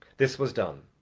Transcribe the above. this was done.